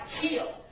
kill